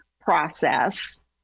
process